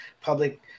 public